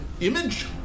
image